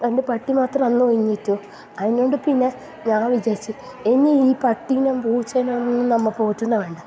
എൻ്റെ പട്ടി മാത്രം അന്ന് ഒഴിഞ്ഞിട്ടു അതിനോണ്ടു പിന്നെ ഞാൻ വിചാരിച്ചു ഇനി ഈ പട്ടീനെം പൂച്ചെനെം ഒന്നും നമ്മൾ പോറ്റന്നെ വേണ്ട